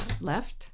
left